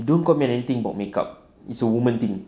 you don't comment anything about makeup it's a woman thing